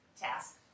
task